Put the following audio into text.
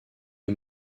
est